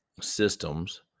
systems